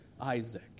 Isaac